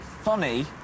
funny